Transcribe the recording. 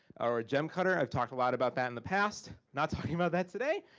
our gem cutter, i've talked a lot about that in the past, not talking about that today,